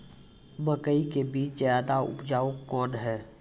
मकई के बीज ज्यादा उपजाऊ कौन है?